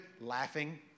Laughing